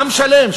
עם שלם,